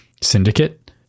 syndicate